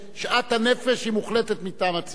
שהשאט-נפש הוא מוחלט מטעם הציבור.